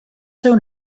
seu